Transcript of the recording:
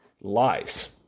lies